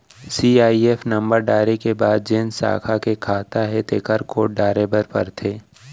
CIF number डारे के बाद जेन साखा म खाता हे तेकर कोड डारे बर परथे